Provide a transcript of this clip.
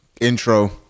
intro